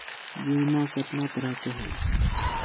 बीमा केतना तरह के होइ?